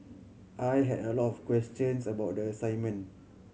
I had a lot of questions about the assignment